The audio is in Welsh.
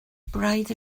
braidd